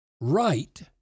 right